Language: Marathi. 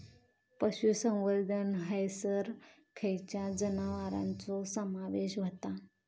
पशुसंवर्धन हैसर खैयच्या जनावरांचो समावेश व्हता?